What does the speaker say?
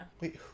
Wait